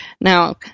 Now